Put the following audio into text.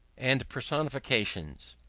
and personifications,